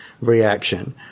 reaction